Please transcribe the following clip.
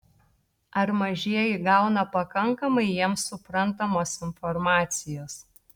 ar mažieji gauna pakankamai jiems suprantamos informacijos